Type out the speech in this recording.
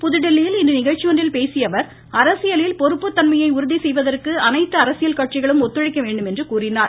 புதுதில்லியில் இன்று நிகழ்ச்சி ஒன்றில் பேசிய அவர் அரசியலில் பொறுப்புத் தன்மையை உறுதி செய்வதற்கு அனைத்து அரசியல் கட்சிகளும் ஒத்துழைக்க வேண்டும் என்று கூறினார்